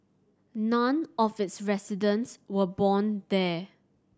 none of its residents were born there